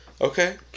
Okay